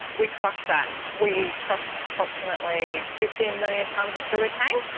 we crush that. we crush approximately fifteen million tonnes of sugar cane.